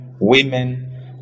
women